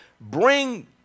bring